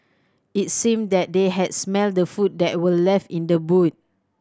it seemed that they had smelt the food that were left in the boot